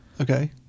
okay